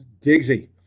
Digsy